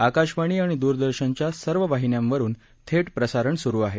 आकाशवाणी आणि दूरदर्शनच्या सर्व वाहिन्यावरुन थेट प्रसारण स्रु आहे